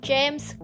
James